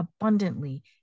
abundantly